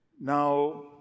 Now